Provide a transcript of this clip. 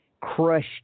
crushed